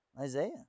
Isaiah